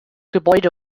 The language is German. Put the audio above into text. gebäude